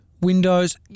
Windows